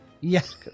Yes